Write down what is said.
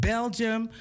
Belgium